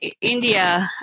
India